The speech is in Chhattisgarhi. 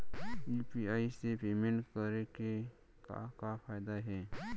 यू.पी.आई से पेमेंट करे के का का फायदा हे?